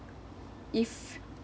if